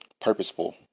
purposeful